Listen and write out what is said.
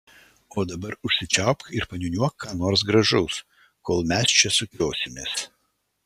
o dabar užsičiaupk ir paniūniuok ką nors gražaus kol mes čia sukiosimės